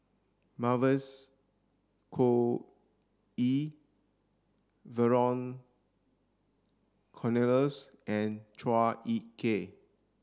Mavis Khoo Oei Vernon Cornelius and Chua Ek Kay